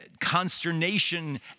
consternation